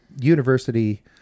university